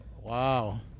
Wow